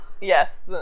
Yes